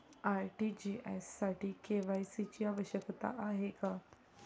RTGS साठी KYC ची आवश्यकता आहे का?